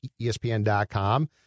ESPN.com